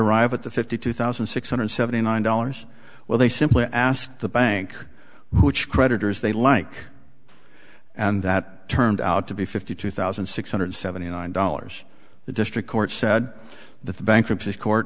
arrive at the fifty two thousand six hundred seventy nine dollars well they simply asked the bank which creditors they like and that turned out to be fifty two thousand six hundred seventy nine dollars the district court said that the bankruptcy court